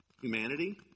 humanity